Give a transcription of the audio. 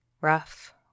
rough